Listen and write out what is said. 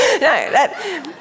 No